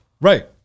Right